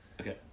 okay